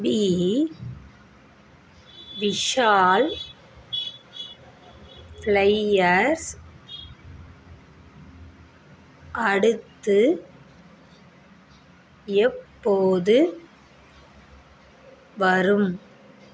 we Vishal flyers அடுத்து எப்போது வரும்